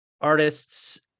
artists